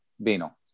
vino